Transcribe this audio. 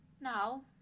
Now